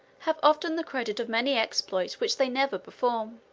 have often the credit of many exploits which they never perform.